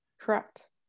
correct